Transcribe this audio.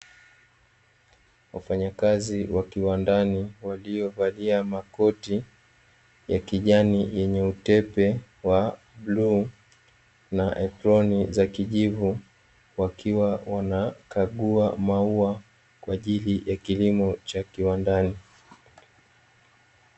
Wafanyakazi wakiwa ndani waliovalia makoti ya kijani yenye utepe wa bluu, na aproni za kijivu wakiwa wanakagua maua kwa ajili ya kilimo cha kiwandani.